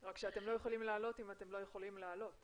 רק שאתם לא יכולים לעלות אם אתם לא יכולים לעלות.